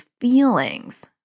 feelings